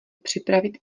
připravit